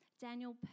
Daniel